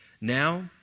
Now